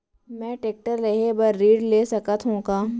मैं टेकटर लेहे बर ऋण ले सकत हो का?